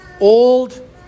old